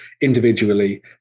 individually